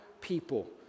people